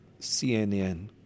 CNN